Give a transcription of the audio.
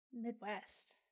midwest